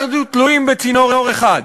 אנחנו תלויים בצינור אחד.